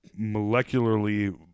molecularly